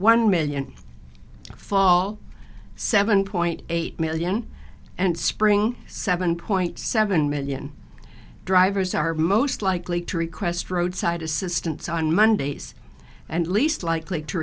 one million fall seven point eight million and spring seven point seven million drivers are most likely to request roadside assistance on mondays and least likely to